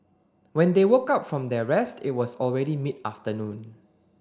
when they woke up from their rest it was already mid afternoon